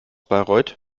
bayreuth